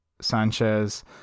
Sanchez